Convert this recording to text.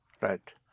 Right